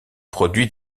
produit